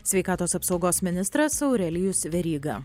sveikatos apsaugos ministras aurelijus veryga